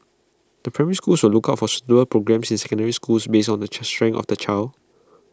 the primary schools will look out for suitable programmes in secondary schools based on the strengths of the child